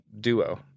Duo